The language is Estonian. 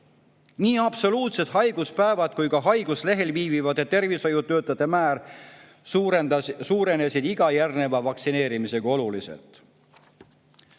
Nii absoluutsed haiguspäevad kui ka haiguslehel viibivate tervishoiutöötajate määr suurenesid iga järgneva vaktsineerimisega oluliselt.